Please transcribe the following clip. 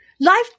Life